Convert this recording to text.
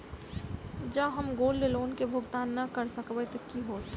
जँ हम gold loan केँ भुगतान न करऽ सकबै तऽ की होत?